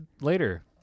later